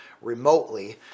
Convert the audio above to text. remotely